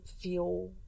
feel